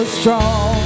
strong